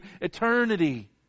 eternity